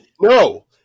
No